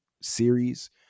series